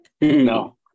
No